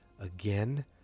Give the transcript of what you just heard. again